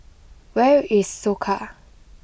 where is Soka